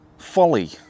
Folly